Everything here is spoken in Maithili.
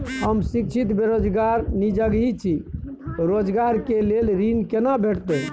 हम शिक्षित बेरोजगार निजगही छी, स्वरोजगार के लेल ऋण केना भेटतै?